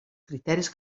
criteris